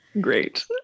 Great